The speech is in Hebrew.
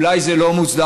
אולי זה לא מוצדק.